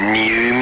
new